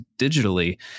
digitally